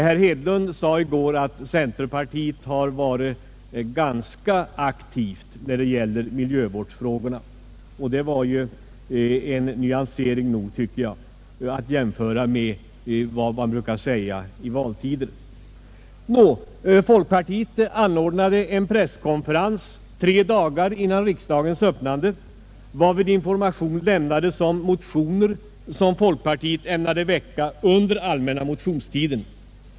Herr Hedlund sade i går att centerpartiet hade varit ganska aktivt när det gällt miljövårdsfrågorna, och det tycker jag nog var en nyansering jämfört med vad man brukar säga i valtider. Nå, folkpartiet anordnade en presskonferens tre dagar före riksdagens öppnande, varvid information lämnades om de motioner som folkpartiet ämnade väcka under allmänna motionstiden.